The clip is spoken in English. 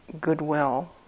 goodwill